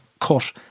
cut